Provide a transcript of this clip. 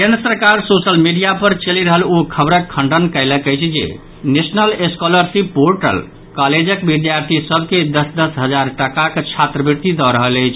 केन्द्र सरकार social media पर चलि रहल ओ खबरक खंडन कयलक अछि जे नेशनल स्कॉलरशिप पोर्टल कॉलेजक विद्यार्थी सभ के दस दस हजार टकाक छात्रवृत्ति दऽ रहल अछि